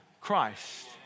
Christ